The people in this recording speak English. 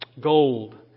Gold